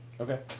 Okay